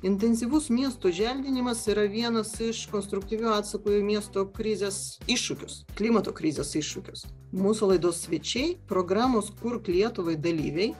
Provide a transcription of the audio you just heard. intensyvus miestų želdinimas yra vienas iš konstruktyvių atsakų į miesto krizės iššūkius klimato krizės iššūkius mūsų laidos svečiai programos kurk lietuvai dalyviai